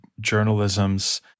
journalism's